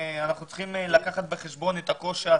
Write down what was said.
אנחנו צריכים לקחת בחשבון את הקושי השפתי,